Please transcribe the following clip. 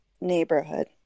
neighborhood